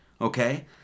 okay